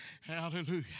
Hallelujah